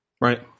Right